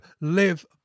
live